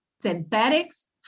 synthetics